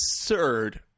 absurd